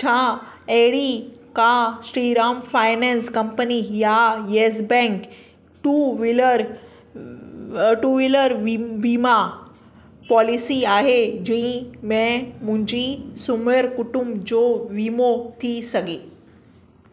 छा अहिड़ी का श्रीराम फाइनेंस कंपनी या Yes Bank two wheeler two wheeler विम वीमा पॉलिसी आहे जंहिं में मुंहिंजी सुमरु कुटुंब जो वीमो थी सघे